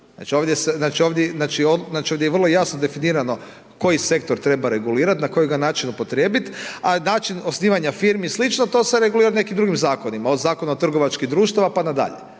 ovdje je vrlo jasno definirano koji sektor treba regulirati, na koji ga način upotrijebiti a način osnivanja i slično to se regulira nekim drugim zakonima od Zakona o trgovačkih društava pa na dalje.